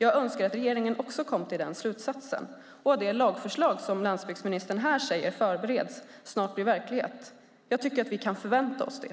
Jag önskar att regeringen också kom till den slutsatsen och att det lagförslag som landsbygdsministern här säger förbereds snart blir verklighet. Jag tycker att vi kan förvänta oss det.